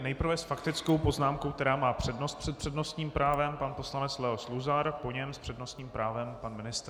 Nejprve s faktickou poznámkou, která má přednost před přednostním právem, pan poslanec Leo Luzar, po něm s přednostním právem pan ministr.